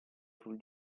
sul